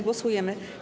Głosujemy.